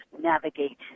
navigate